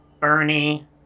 Bernie